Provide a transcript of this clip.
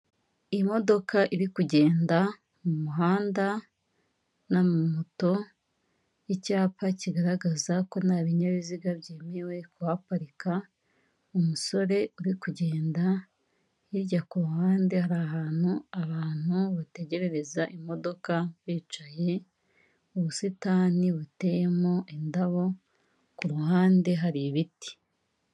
Imodoka iri kugenda mu muhanda n'amamoto, icyapa kigaragaza ko nta binyabiziga byemewe kuhaparika. Umusore uri kugenda, hirya ku ruhande hari ahantu abantu bategerereza imodoka bicaye, ubusitani buteyemo indabo ku ruhande hari ibiti.